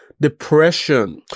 depression